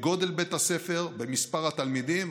בגודל בית הספר ובמספר התלמידים.